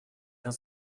cinq